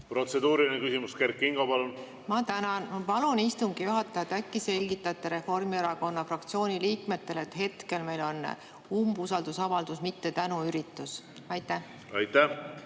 Protseduuriline küsimus, Kert Kingo, palun! Ma tänan! Ma palun istungi juhatajat, äkki selgitate Reformierakonna fraktsiooni liikmetele, et hetkel meil on umbusaldusavaldus, mitte tänuüritus. Ma